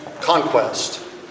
conquest